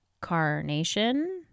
Carnation